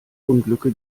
unglücke